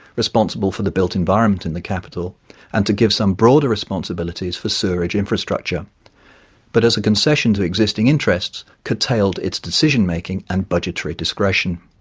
responsible for the built environment in the capital and to give some broader responsibilities for sewerage infrastructure but as a concession to existing interests, curtailed its decision making and budgetary discretion.